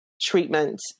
treatment